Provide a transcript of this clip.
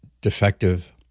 defective